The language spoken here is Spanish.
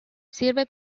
sirve